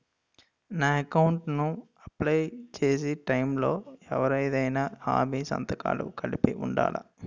నా అకౌంట్ ను అప్లై చేసి టైం లో ఎవరిదైనా హామీ సంతకాలు కలిపి ఉండలా?